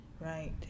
right